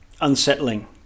unsettling